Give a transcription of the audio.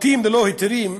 בתים ללא היתרים.